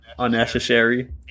unnecessary